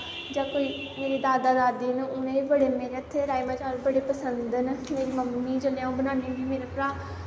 जां कोई मेरे दादा दादी न उनें बी बड़े मेरे हत्थे दे राजमा चावल बड़े पसंद न मेरी मम्मी जिसलै अ'ऊं बनान्नी होन्नी मेरा भ्रा